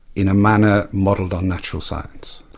in a manner modelled on natural science.